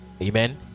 Amen